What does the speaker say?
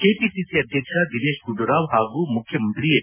KPCC ಅಧ್ಯಕ್ಷ ದಿನೇಶ್ ಗುಂಡೂರಾವ್ ಹಾಗೂ ಮುಖ್ಯಮಂತ್ರಿ ಎಚ್